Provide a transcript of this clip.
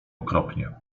okropnie